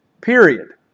Period